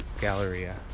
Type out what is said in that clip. Galleria